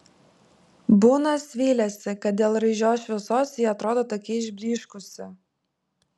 bunas vylėsi kad dėl raižios šviesos ji atrodo tokia išblyškusi